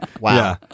Wow